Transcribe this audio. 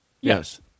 Yes